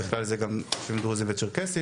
ובכלל זה יישובים דרוזים וצ'רקסים.